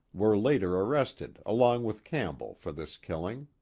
were later arrested, along with campbell, for this killing.